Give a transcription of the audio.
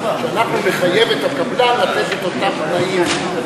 שאנחנו נחייב את הקבלן לתת את אותם תנאים.